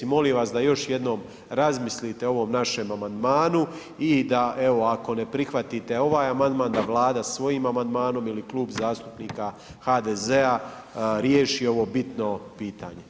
Molim vas da još jednom razmislite o ovom našem amandmanu i da, evo, ako ne prihvatite ovaj amandman, da Vlada svojim amandmanom ili Kluba zastupnika HDZ-a riješi ovo bitno pitanje.